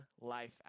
life